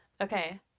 Okay